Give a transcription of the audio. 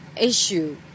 issue